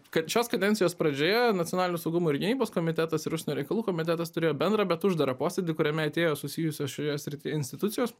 kad šios kadencijos pradžioje nacionalinio saugumo ir gynybos komitetas ir užsienio reikalų komitetas turėjo bendrą bet uždarą posėdį kuriame atėjo susijusios šioje srityje institucijos